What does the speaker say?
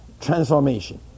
transformation